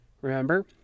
Remember